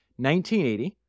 1980